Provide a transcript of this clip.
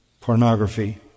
pornography